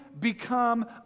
become